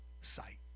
sight